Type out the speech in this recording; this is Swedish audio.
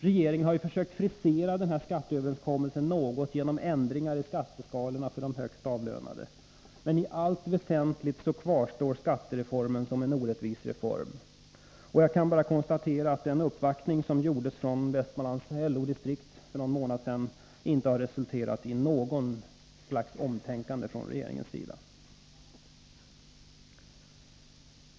Regeringen har ju försökt frisera denna skatteöverenskommelse något genom ändringar i skatteskalorna för de högst avlönade, men i allt väsentligt kvarstår skattereformen som en orättvis reform. Jag kan bara konstatera att den uppvaktning som gjordes från Västmanlands LO-distrikt för någon månad sedan inte har resulterat i något slags omtänkande från regeringens sida.